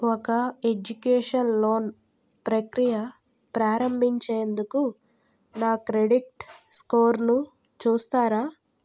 ఒక education loan ప్రక్రియ ప్రారంభించేందుకు నా క్రెడిట్ స్కోరును చూస్తారా